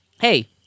hey